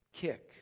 kick